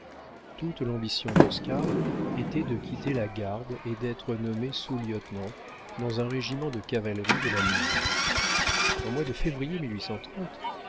toute l'ambition d'oscar était de quitter la garde et d'être nommé sous-lieutenant dans un régiment de cavalerie de la ligne au mois de février